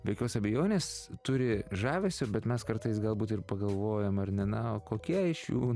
be jokios abejonės turi žavesio bet mes kartais galbūt ir pagalvojom ar ne na o kokia iš jų